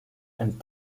and